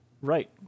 Right